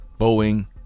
Boeing